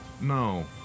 No